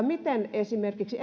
miten on esimerkiksi